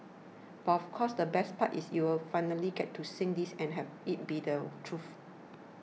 but of course the best part is you'll finally get to sing this and have it be the truth